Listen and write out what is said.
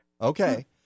Okay